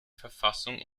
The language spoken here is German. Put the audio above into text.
verfassung